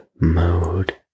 mode